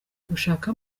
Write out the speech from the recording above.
gushaka